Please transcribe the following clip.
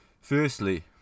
Firstly